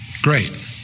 Great